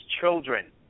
children